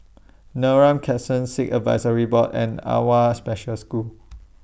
Neram Crescent Sikh Advisory Board and AWWA Special School